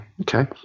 Okay